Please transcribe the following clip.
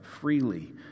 freely